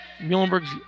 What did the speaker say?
Muhlenberg's